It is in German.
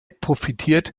profitiert